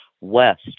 west